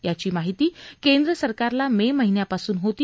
याची माहिती केंद्रसरकारला मे महिन्यापासून होती